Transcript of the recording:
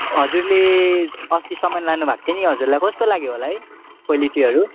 हजुरले अस्ति सामान लानु भएको थियो नि हजुरलाई कस्तो लाग्यो होला है क्वालिटीहरू